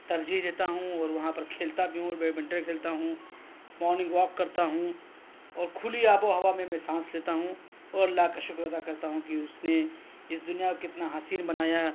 ترجیح دیتا ہوں اور وہاں پر کھیلتا بھی ہوں اور بیڈ منٹن کھیلتا ہوں مورننگ واک کرتا ہوں اور کھلی آب و ہوا میں میں سانس لیتا ہوں اور اللّہ کا شکر ادا کرتا ہوں کہ اس نے اس دنیا کو کتنا حسین بنایا